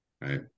Right